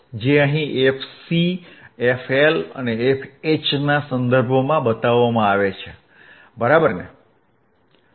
જે અહીં fc fL અને fH ના સંદર્ભમાં બતાવવામાં આવે છે બરાબર છે